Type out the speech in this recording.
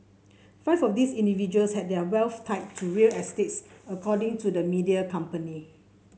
five of these individuals had their wealth tied to real estate according to the media company